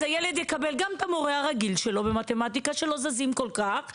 אז הילד יקבל גם את המורה הרגיל שלו במתמטיקה שלא זזים כל כך,